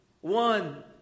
one